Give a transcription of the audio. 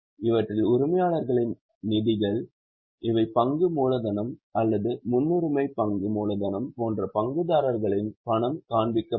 இவற்றில் உரிமையாளர்களின் நிதிகள் இவை பங்கு மூலதனம் அல்லது முன்னுரிமை பங்கு மூலதனம் போன்ற பங்குதாரர்களின் பணம் காண்பிக்கப்படும்